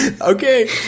Okay